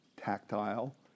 tactile